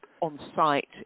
on-site